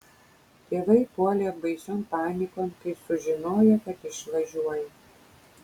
tėvai puolė baision panikon kai sužinojo kad išvažiuoju